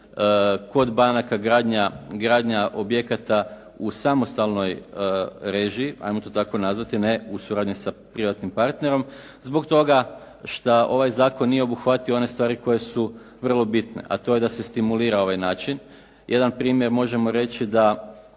kod banaka, gradnja objekata u samostalnoj režiji, 'ajmo to tako nazvati, ne u suradnji sa privatnim partnerom zbog toga što ovaj zakon nije obuhvatio one stvari koje su vrlo bitne, a to je da se stimulira ovaj način. Jedan primjer možemo reći da